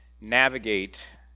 navigate